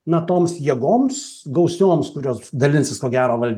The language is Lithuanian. na toms jėgoms gausioms kurios dalinsis ko gero valdžia